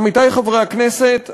עמיתי חברי הכנסת,